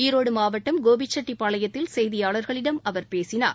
ஈரோடு மாவட்டம் கோபிச்செட்டிப் பாளையத்தில் செய்தியாளர்களிடம் அவர் பேசினார்